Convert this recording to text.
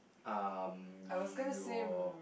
um your